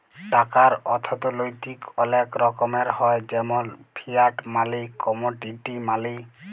টাকার অথ্থলৈতিক অলেক রকমের হ্যয় যেমল ফিয়াট মালি, কমোডিটি মালি